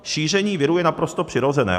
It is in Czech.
Šíření viru je naprosto přirozené.